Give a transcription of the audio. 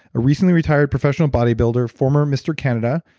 a recently retired professional bodybuilder, former mr. canada,